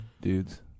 dudes